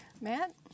matt